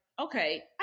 okay